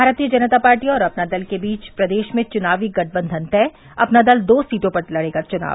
भारतीय जनता पार्टी और अपना दल के बीच प्रदेश में चुनावी गठबंधन तय अपना दल दो सीटों पर लड़ेगा चुनाव